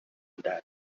that